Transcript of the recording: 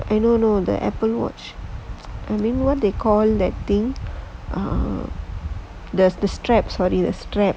eh no no the Apple watch what they call that thing the strap